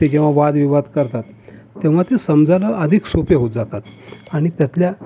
ते जेव्हा वादविवाद करतात तेव्हा ते समजायला अधिक सोपे होत जातात आणि त्यातल्या